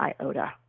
iota